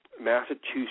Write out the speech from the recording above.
Massachusetts